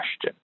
question